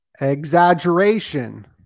Exaggeration